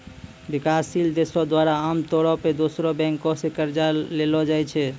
विकासशील देशो द्वारा आमतौरो पे दोसरो देशो से कर्जा लेलो जाय छै